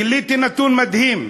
גיליתי נתון מדהים: